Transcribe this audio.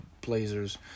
Blazers